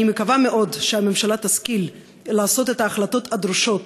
אני מקווה מאוד שהממשלה תשכיל לקבל את ההחלטות הדרושות